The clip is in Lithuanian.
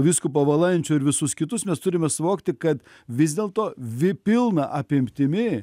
vyskupą valančių ir visus kitus mes turime suvokti kad vis dėl to vi pilna apimtimi